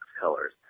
colors